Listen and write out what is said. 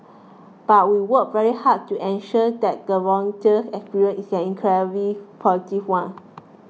but we work very hard to ensure that the volunteer experience is an incredibly positive one